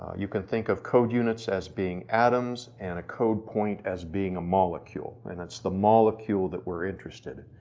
you can think of code units is being atoms, and a code point as being a molecule, and it's the molecule that we're interested in.